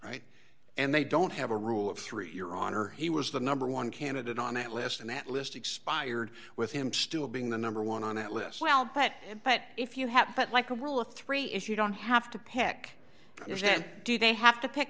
right and they don't have a rule of three your honor he was the number one candidate on that list and that list expired with him still being the number one on that list well but but if you have to put like a rule of three if you don't have to pack theirs and do they have to pick